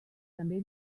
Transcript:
també